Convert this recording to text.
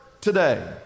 today